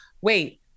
wait